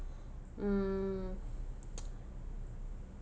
mm